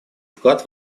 вклад